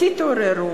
תתעוררו,